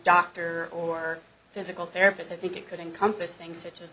doctor or physical therapist i think it could encompass things such as